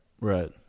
right